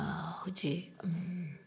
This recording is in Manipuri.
ꯍꯧꯖꯤꯛ